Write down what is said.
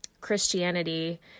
Christianity